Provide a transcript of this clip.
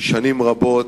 שנים רבות,